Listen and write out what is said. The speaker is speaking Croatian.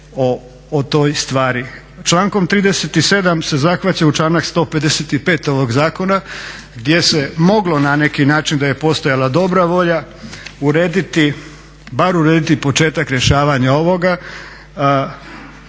o toj stvari. Člankom 37. se zahvaća u članak 155. ovog zakona gdje se moglo na neki način da je postojala dobra volja bar urediti početak rješavanja ovoga